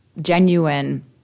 genuine